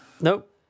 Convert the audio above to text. Nope